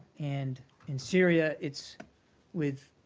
and in syria, it's with